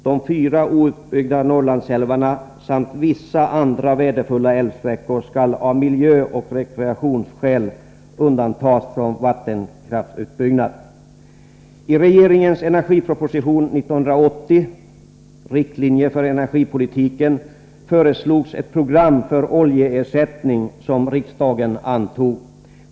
De fyra outbyggda Norrlandsälvarna samt vissa andra värdefulla älvsträckor skall av miljöoch rekreationsskäl undantas från vattenkraftsutbyggnad. I den dåvarande regeringens energiproposition 1980/81:90, Riktlinjer för energipolitiken, föreslogs ett program för oljeersättning som riksdagen antog.